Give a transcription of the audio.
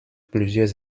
plusieurs